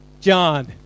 John